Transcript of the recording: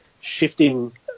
shifting